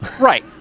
right